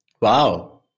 Wow